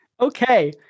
Okay